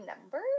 number